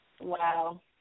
Wow